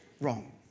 wrong